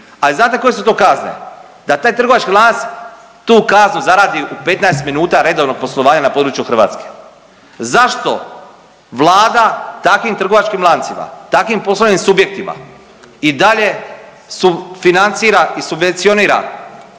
a znate koje su to kazne, da taj trgovački lanac tu kaznu zaradi u 15 minuta redovnog poslovanja na području Hrvatske. Zašto Vlada takvim trgovačkim lancima, takvim poslovnim subjektima i dalje sufinancira i subvencionira